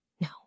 No